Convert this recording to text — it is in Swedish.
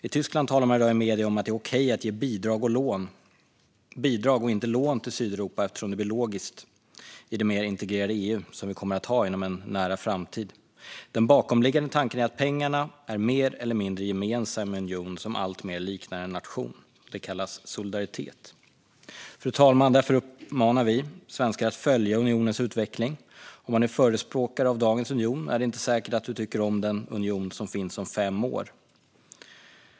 I Tyskland talar man i dag i medier om att det är okej att ge bidrag och inte lån till Sydeuropa eftersom det blir logiskt i det mer integrerade EU som vi kommer att ha inom en nära framtid. Den bakomliggande tanken är att pengarna är mer eller mindre gemensamma i en union som alltmer liknar en nation. Det kallas solidaritet. Fru talman! Därför uppmanar vi svenskar att följa unionens utveckling. Om man är förespråkare av dagens union är det inte säkert att man tycker om den union som finns om fem år.